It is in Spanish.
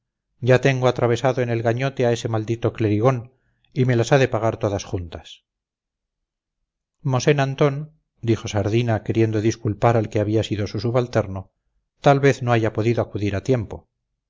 ya tengo atravesado en el gañote a ese maldito clerigón y me las ha de pagar todas juntas mosén antón dijo sardina queriendo disculpar al que había sido su subalterno tal vez no haya podido acudir a tiempo